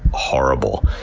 horrible.